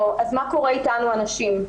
אז מה קורה אתנו, הנשים?